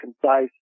concise